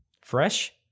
fresh